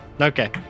Okay